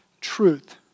truth